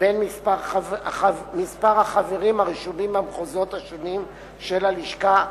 בין מספרי החברים הרשומים במחוזות השונים של הלשכה,